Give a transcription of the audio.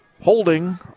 Holding